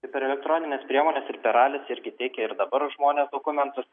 tai per elektronines priemones ir per alis irgi teikia ir dabar žmonės dokumentus